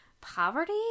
poverty